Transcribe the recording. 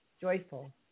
Joyful